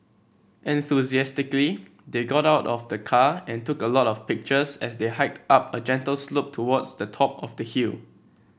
enthusiastically they got out of the car and took a lot of pictures as they hiked up a gentle slope towards the top of the hill